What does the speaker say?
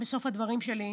בסוף דבריי,